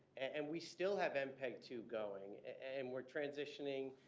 and we still have mpeg two going. and we're transitioning,